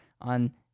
on